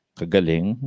kagaling